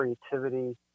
creativity